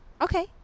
okay